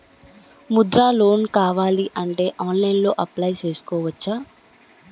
Mudra loan కావాలి అంటే ఆన్లైన్లో అప్లయ్ చేసుకోవచ్చా?